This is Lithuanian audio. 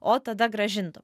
o tada grąžintų